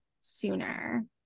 sooner